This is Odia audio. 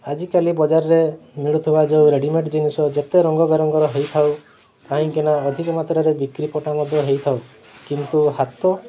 ଆଜିକାଲି ବଜାରରେ ମିଳୁଥିବା ଯେଉଁ ରେଡ଼ିମେଡ଼୍ ଜିନିଷ ଯେତେ ରଙ୍ଗବେରଙ୍ଗର ହେଇଥାଉ କାହିଁକି ନା ଅଧିକ ମାତ୍ରାରେ ବିକ୍ରି ପଟା ମଧ୍ୟ ହେଇଥାଉ କିନ୍ତୁ ହାତ